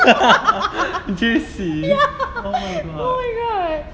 ya oh my god